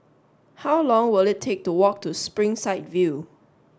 how long will it take to walk to Springside View